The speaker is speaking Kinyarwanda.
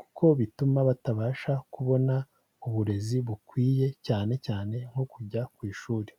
kuko bituma batabasha kubona uburezi bukwiye, cyane cyane nko kujya ku ishuri.